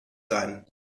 sein